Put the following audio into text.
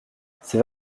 c’est